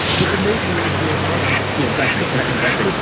it's amazing what you could do with photoshop. yeah, exactly. exactly.